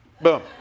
boom